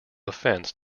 offence